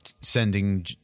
sending